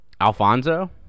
Alfonso